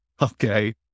Okay